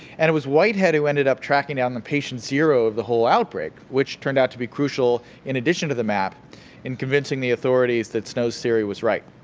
and it was whitehead who ended up tracking down the patient zero of the whole outbreak, which turned out to be crucial in addition to the map in convincing the authorities that snow's theory was right.